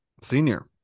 senior